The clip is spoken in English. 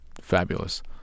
fabulous